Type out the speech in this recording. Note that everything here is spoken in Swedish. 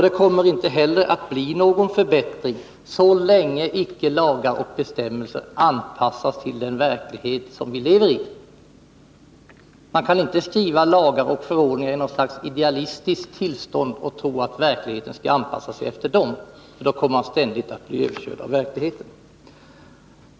Det kommer inte heller att bli någon förbättring, så länge lagar och bestämmelser icke anpassas till den verklighet som vi lever i. Man kan inte skriva lagar och förordningar i något slags idealistiskt tillstånd och tro att verkligheten skall anpassa sig efter dem, för då kommer man ständigt att bli överkörd av verkligheten.